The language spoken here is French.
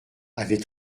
avait